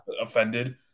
offended